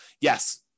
yes